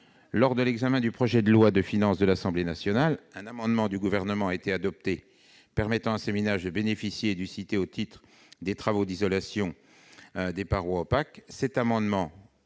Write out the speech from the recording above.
Lors de l'examen du projet de loi de finances à l'Assemblée nationale, a été adopté un amendement du Gouvernement visant à permettre à ces ménages de bénéficier du CITE au titre des travaux d'isolation des parois opaques.